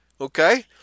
okay